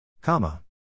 Comma